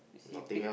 see pick